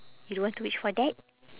you don't want to wish for that